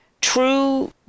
True